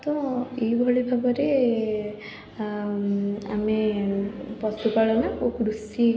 ତ ଏହିଭଳି ଭାବରେ ଆମେ ପଶୁପାଳନ ଓ କୃଷି